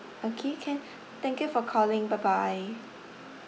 okay can thank you for calling bye bye